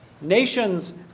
Nations